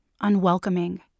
unwelcoming